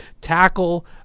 tackle